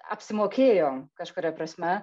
apsimokėjo kažkuria prasme